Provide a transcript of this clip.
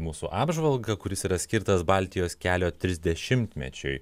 mūsų apžvalgą kuris yra skirtas baltijos kelio trisdešimtmečiui